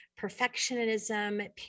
perfectionism